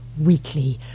weekly